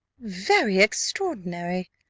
very extraordinary!